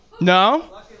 No